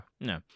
No